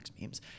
Memes